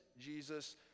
jesus